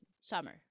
summer